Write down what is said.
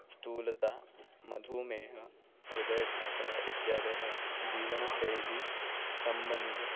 स्थूलता मधुमेहः हृदयाघासः इत्यादयः जीवनशैल्या सम्बन्धः